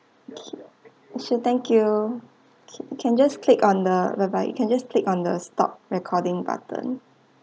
okay sure thank you okay can just click on the bye bye you can just click on the stop recording button